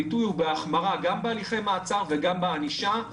הביטוי הוא בהחמרה גם בהליכי מעצר וגם בענישה.